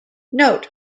note